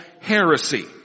heresy